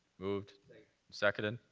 moved. seconded.